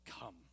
come